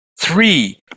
Three